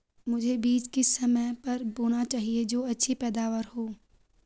मुझे बीज किस समय पर बोना चाहिए जो अच्छी पैदावार हो?